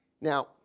Now